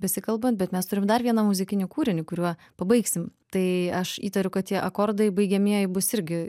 besikalbant bet mes turim dar vieną muzikinį kūrinį kuriuo pabaigsim tai aš įtariu kad tie akordai baigiamieji bus irgi